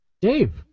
Dave